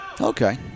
Okay